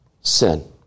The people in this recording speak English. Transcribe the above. sin